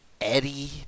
Eddie